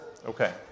Okay